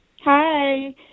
Hi